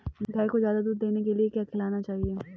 गाय को ज्यादा दूध देने के लिए क्या खिलाना चाहिए?